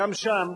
גם שם,